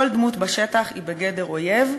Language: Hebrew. כל דמות בשטח היא בגדר אויב,